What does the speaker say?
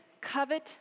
covet